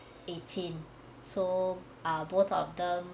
eighteen so ah both of them